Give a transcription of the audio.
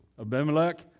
Abimelech